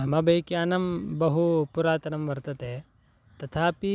मम बैक्यानं बहु पुरातनं वर्तते तथापि